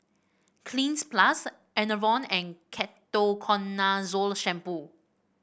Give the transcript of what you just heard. Cleanz Plus Enervon and Ketoconazole Shampoo